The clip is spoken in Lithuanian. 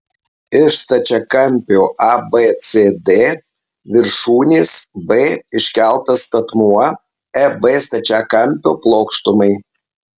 iš stačiakampio abcd viršūnės b iškeltas statmuo eb stačiakampio plokštumai